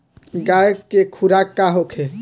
गाय के खुराक का होखे?